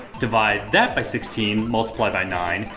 divide that by sixteen, multiply by nine,